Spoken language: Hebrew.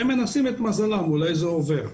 כי הם מנסים את מזלם ואולי זה יעבור.